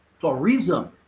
tourism